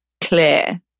clear